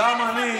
גם אני,